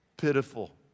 pitiful